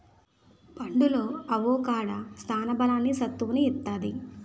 పండులో అవొకాడో సాన బలాన్ని, సత్తువును ఇత్తది